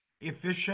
Efficient